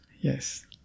Yes